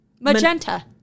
magenta